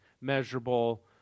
measurable